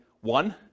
one